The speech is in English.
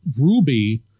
Ruby